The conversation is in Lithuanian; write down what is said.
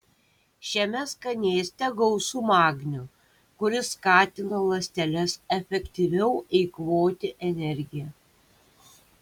šiame skanėste gausu magnio kuris skatina ląsteles efektyviau eikvoti energiją